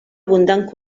abundant